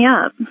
up